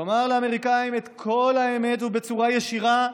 לומר לאמריקאים את כל האמת ובצורה ישירה,